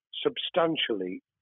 substantially